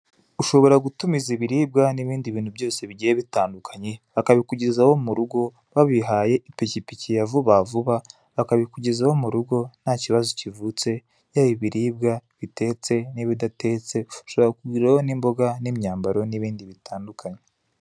Ushobora gutumiza ibiribwa, n'ibindi bintu bose bigiye bitandukanye, bakabikugezaho mu rugo babihaye ipikipiki ya vuba vuba, , bakabikugezaho mu rugo nta kibazo kivutse, yaba abiribwa bitetse n'ibidatetse, ushobora kuguriraho n'imboga n'imyambaro, n'ibindi bitandukanye.